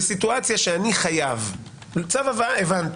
סיטואציה של צו הבאה הבנתי.